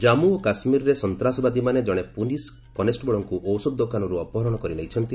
ଜାଞ୍ଚ କାଶ୍ୱୀରରେ ସନ୍ତାସବାଦୀମାନେ ଜଣେ ପୂଲିସ୍ କନେଷ୍ଟବଳଙ୍କୁ ଔଷଧ ଦୋକାନରୁ ଅପହରଣ କରି ନେଇଛନ୍ତି